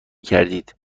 کردید